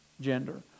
Gender